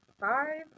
Five